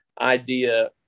idea